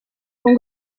con